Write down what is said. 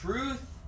Truth